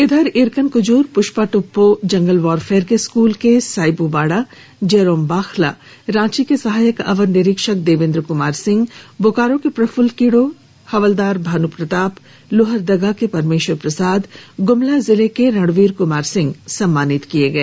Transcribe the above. इसके साथ ही इरकन कुजूर पुष्पा टोप्पो जंगल वारफेयर के स्कूल के साइबू बाड़ा जेरोम बाखला रांची के सहायक अवर निरीक्षक देवेंद्र कुमार सिंह बोकारो के प्रफुल्ल किडो हवलदार भानू प्रताप लोहरदगा के परमेश्वर प्रसाद गुमला जिला के रणवीर कुमार सिंह सम्मानित हुए